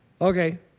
Okay